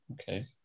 Okay